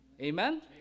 Amen